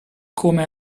come